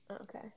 okay